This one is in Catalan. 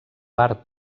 part